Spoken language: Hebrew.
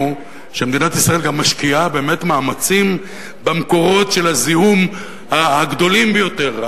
שמדינת ישראל גם משקיעה באמת מאמצים במקורות הזיהום הגדולים ביותר.